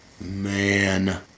man